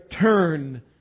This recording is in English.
turn